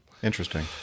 Interesting